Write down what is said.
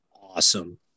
Awesome